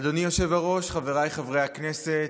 אדוני היושב-ראש, חבריי חברי הכנסת,